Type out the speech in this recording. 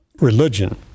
religion